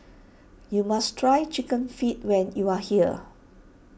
you must try Chicken Feet when you are here